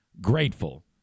grateful